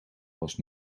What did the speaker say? was